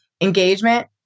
engagement